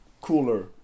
cooler